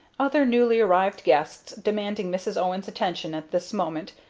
other newly arrived guests demanding mrs. owen's attention at this moment,